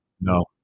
No